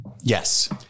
Yes